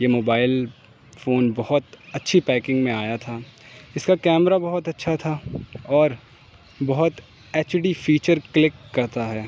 یہ mobile phone بہت اچھی پیکنگ میں آیا تھا اس کا کیمرا بہت اچھا تھا اور بہت ایچ ڈی فیچر کلک کرتا ہے